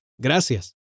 gracias